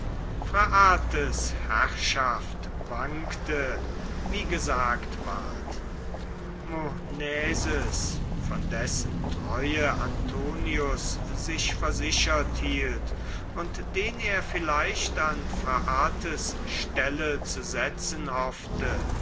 phraates herrschaft wankte wie gesagt ward monaeses von dessen treue antonius sich versichert hielt und den er vielleicht an phraates stelle zu setzen hoffte